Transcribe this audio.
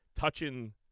touching